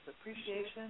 appreciation